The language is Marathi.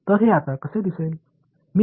तर हे आता कसे दिसेल